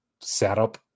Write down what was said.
setup